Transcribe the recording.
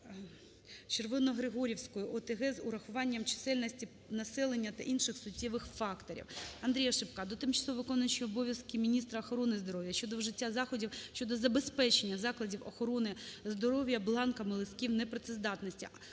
Червоногригорівської ОТГ) з урахуванням чисельності населення та інших суттєвих факторів. АндріяШипка до тимчасово виконуючої обов'язки міністра охорони здоров'я щодо вжиття заходів щодо забезпечення закладів охорони здоров'я бланками листків непрацездатності.